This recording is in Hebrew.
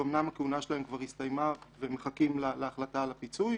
שאמנם הכהונה שלהם כבר הסתיימה והם מחכים להחלטה על הפיצוי.